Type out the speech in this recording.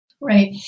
Right